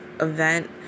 event